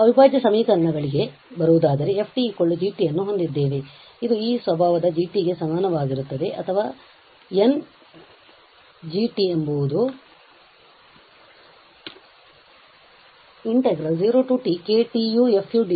ಈಗ ಅವಿಭಾಜ್ಯ ಸಮೀಕರಣಗಳಿಗೆ ಬರುವುದಾದರೆ f g ಅನ್ನು ಹೊಂದಿದ್ದೇವೆ ಇದು ಈ ಸ್ವಭಾವದ g ಗೆ ಸಮನಾಗಿರುತ್ತದೆ ಅಥವಾ g ಎಂಬುದು0t Kt ufdu